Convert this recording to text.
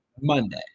Monday